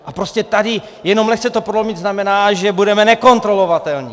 A prostě tady to jenom lehce prolomit znamená, že budeme nekontrolovatelní.